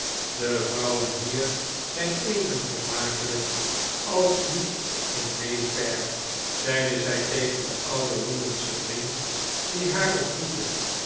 de vrouwen hier zijn even vermakelijk als die in may fair zeide zij tegen een ouden londenschen vriend die haar ontmoette